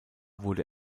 wurde